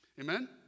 amen